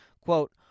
quote